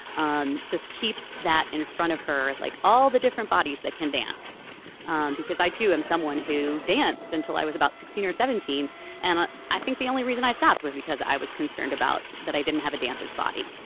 um just keep that in front of her. like all the different bodies that can dance um because i too am someone who danced until i was about sixteen or seventeen and i i think the only reason i stopped was because i was concerned about that i didn't have a dancer's body.